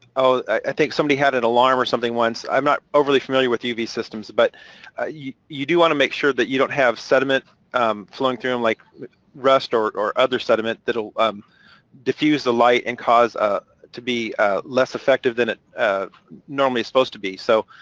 i think somebody had an alarm or something once. i'm not overly familiar with uv systems, but you you do wanna make sure that you don't have sediment um flowing through them like rust or or other sediment that will um diffuse the light and cause it ah to be less effective than it normally is supposed to be. so